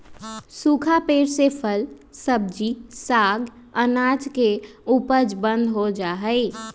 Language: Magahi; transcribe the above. सूखा पेड़ से फल, सब्जी, साग, अनाज के उपज बंद हो जा हई